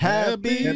Happy